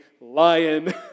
lion